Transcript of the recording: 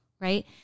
right